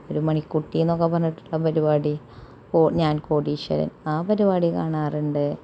ഒരു മണിക്കുട്ടി എന്നൊക്കെ പറഞ്ഞിട്ടുള്ള പരിപാടി ഓ ഞാൻ കോടീശ്വരൻ ആ പരിപാടി കാണാറുണ്ട്